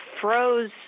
froze